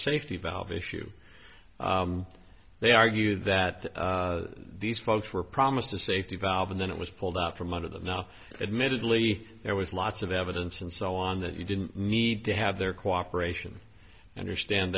safety valve issue they argue that these folks were promised a safety valve and then it was pulled out from under them now admittedly there was lots of evidence and so on that you didn't need to have their cooperation and or stand